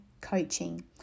Coaching